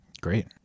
great